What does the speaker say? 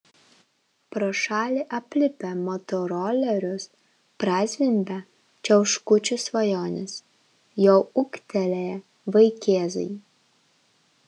pro šalį aplipę motorolerius prazvimbia čiauškučių svajonės jau ūgtelėję vaikėzai